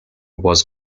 was